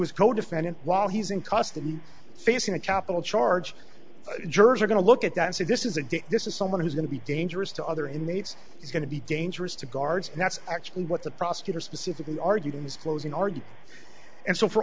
his codefendant while he's in custody facing a capital charge jurors are going to look at that and say this is a this is someone who's going to be dangerous to other inmates he's going to be dangerous to guards and that's actually what the prosecutor specifically argued in his closing argument and so for